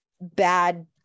bad